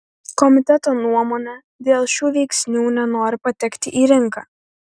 komiteto nuomone dėl šių veiksnių nenori patekti į rinką